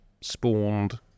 spawned